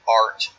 art